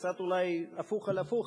קצת אולי הפוך על הפוך,